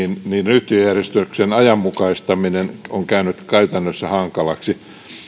yhtiöjärjestyksen ajanmukaistaminen on käynyt käytännössä hankalaksi